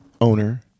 owner